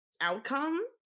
outcome